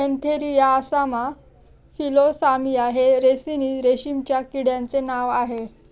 Antheraea assama Philosamia हे ricini रेशीमच्या किड्यांचे नाव आह